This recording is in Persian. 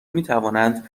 میتوانند